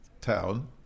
town